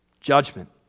Judgment